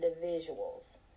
individuals